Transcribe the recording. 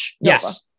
Yes